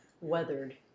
Weathered